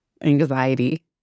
anxiety